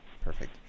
perfect